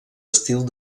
estil